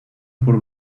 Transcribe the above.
por